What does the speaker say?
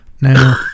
Now